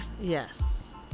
yes